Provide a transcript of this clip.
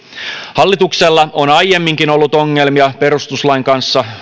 hallituksella on aiemminkin ollut ongelmia perustuslain kanssa